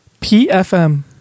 PFM